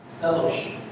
Fellowship